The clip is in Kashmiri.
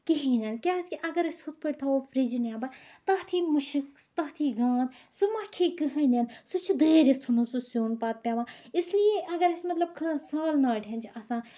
کیازِ کہِ اَگر أسۍ ہُتھ پٲٹھۍ تھاوو فرجہِ نیبر تَتھ یی مُشُک تَتھ یی گاند سُہ مہ کھٮ۪یہِ کٕہٕنۍ سُہ چھُ دٲرِتھ ژھٕنُن سُہ سیُن پَتہٕ پیٚوان اس لیے اَگر اَسہِ مطلب کانٛہہ سال ناٹِہٮ۪ن چھےٚ آسان